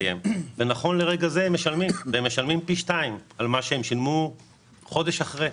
נכון לרגע זה הם משלמים פי שתיים ממה שהם שילמו חודש לפני,